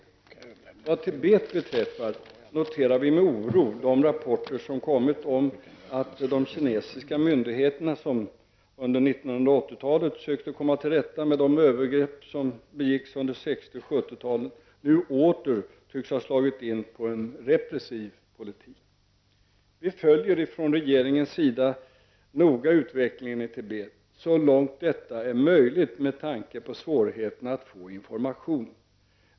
Vad Tibet beträffar, noterar vi med oro de rapporter som kommit om att de kinesiska myndigheterna, som under 1980-talet sökt komma till rätta med de övergrepp som begicks under 60 och 70-talen, nu åter tycks ha slagit in på en repressiv politik. Vi följer från regeringens sida noga utvecklingen i Tibet, så långt detta är möjligt med tanke på svårigheterna att få information.